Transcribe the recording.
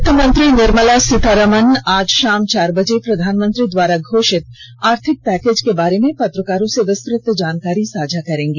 वित्त मंत्री निर्मला सीतारमण आज षाम चार बजे प्रधानमंत्री द्वारा घोषित आर्थिक पैकज के बारे में पत्रकारों से विस्तृत जानकारी साझा करेंगी